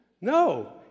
No